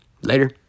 later